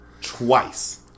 Twice